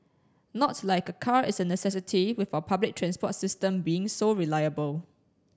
not like a car is a necessity with our public transport system being so reliable